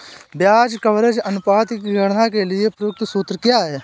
ब्याज कवरेज अनुपात की गणना के लिए प्रयुक्त सूत्र क्या है?